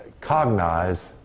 cognize